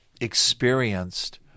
experienced